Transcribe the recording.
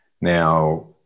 Now